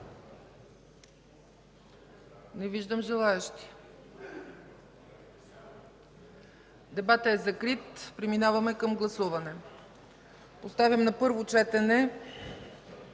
Не виждам желаещи. Дебатът е закрит. Преминаваме към гласуване. Поставям на първо четене